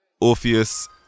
Orpheus